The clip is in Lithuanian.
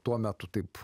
tuo metu taip